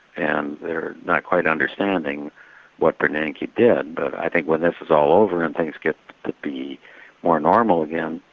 and they're not quite understanding what bernanke did. but i think when this is all over and things get to be more normal again,